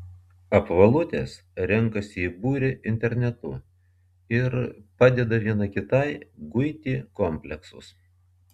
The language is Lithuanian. apvalutės renkasi į būrį internetu ir padeda viena kitai guiti kompleksus